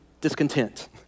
discontent